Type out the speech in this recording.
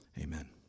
Amen